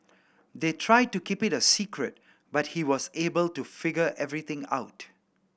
they tried to keep it a secret but he was able to figure everything out